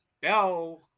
Bell